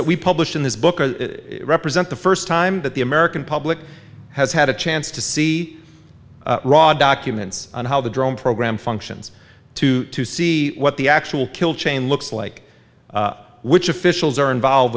that we publish in this book represent the first time that the american public has had a chance to see raw documents on how the drone program functions to see what the actual kill chain looks like which officials are involved